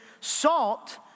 salt